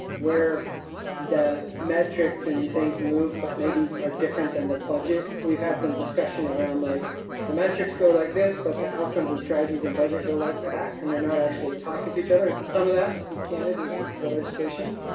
where the metrics and things move but maybe are different than the budget. we've had some discussion around like the metrics go like this, but the outcomes and strategies and budget go like that. and they're not actually talking to each other. some of that to be candid is the legislation